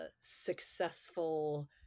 successful